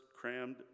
crammed